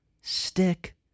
Stick